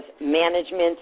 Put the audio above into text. management